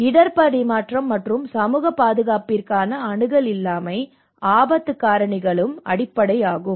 இடர் பரிமாற்றம் மற்றும் சமூகப் பாதுகாப்பிற்கான அணுகல் இல்லாமை ஆபத்து காரணிகளுக்கும் அடிப்படையாகும்